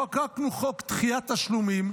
חוקקנו חוק דחיית תשלומים,